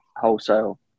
wholesale